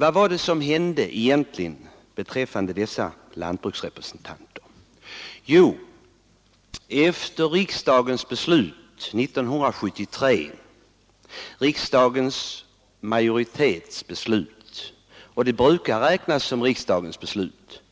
Vad var det som egentligen hände beträffande dessa lantbruksrepresentanter? Jo, riksdagens beslut 1973 — riksdagens majoritetsbeslut, vilket ju brukar räknas som riksdagens beslut